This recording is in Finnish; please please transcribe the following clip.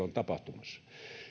on tapahtumassa